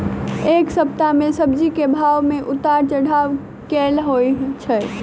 एक सप्ताह मे सब्जी केँ भाव मे उतार चढ़ाब केल होइ छै?